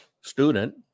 student